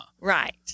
Right